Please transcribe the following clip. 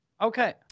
Okay